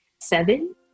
seven